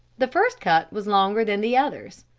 the first cut was longer than the others.